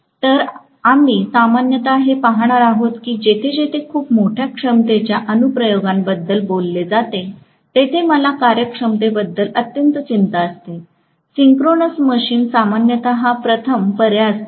तर आम्ही सामान्यत हे पाहणार आहोत की जेथे जेथे खूप मोठ्या क्षमतेच्या अनुप्रयोगांबद्दल बोलले जाते जिथे मला कार्यक्षमतेबद्दल अत्यंत चिंता असते सिंक्रोनस मशीन सामान्यतः प्रथम पर्याय असतात